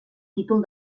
títol